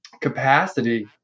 capacity